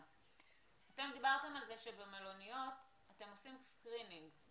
דיברת על זה שבמלוניות אתם עושים screening .